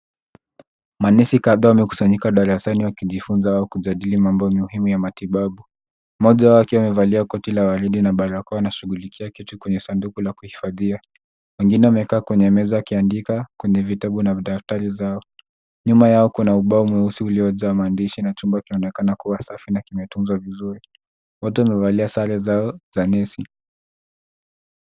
Manesi kadhaa wamekusanyika darasani wakijifunza na kujadili mambo muhimu ya matibabu. Mmoja wao akiwa amevalia koti la waridi na barakoa, anashughulikia kitu kwenye sanduku la kuhifadhia, wengine wamekaa kwenye meza na kuandika kwenye vitabu na daftari zao. Nyuma yao kuna ubao mweusi uliojaa maandishi na chumba kinaonekana kuwa safi na kimetunzwa vizuri, wote wamevalia sare zao za nesi.